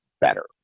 better